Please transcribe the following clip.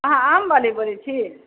अहाँ आम बाली बजै छी